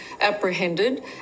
apprehended